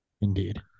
Indeed